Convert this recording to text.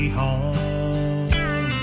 home